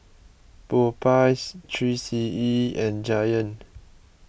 Popeyes three C E and Giant